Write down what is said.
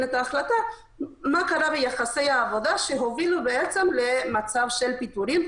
את ההחלטה הוא מה קרה ביחסי העבודה שהובילו למצב של פיטורים,